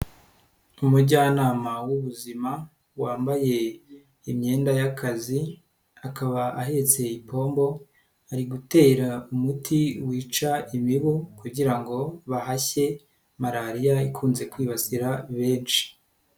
Umujyanama w'ubuzima wambaye imyenda y'akazi, akaba ahetse ipombo, ari gutera umuti wica imibu kugira ngo bahashye Malariya ikunze kwibasira benshi.